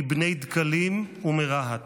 מבני דקלים ומרהט,